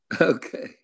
Okay